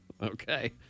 Okay